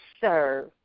serve